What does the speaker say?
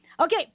Okay